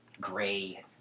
gray